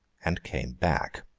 and came back.